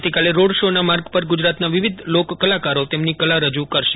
આવતીકાલે રોડ શોના માર્ગ પર ગુજરાતનાં વિવિધ લોક કલાકારો તેમની કલા રજૂ કરશે